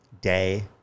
day